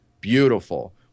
beautiful